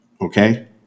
Okay